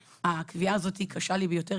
הקביעה הזאת היא קשה לי ביותר,